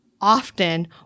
often